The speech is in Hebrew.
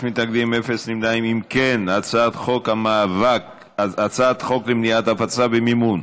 חוק למניעת הפצה ומימון